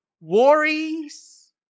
worries